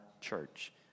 church